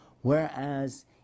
Whereas